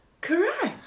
Correct